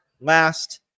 last